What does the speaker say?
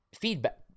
feedback